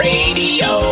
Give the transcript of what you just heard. Radio